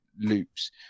loops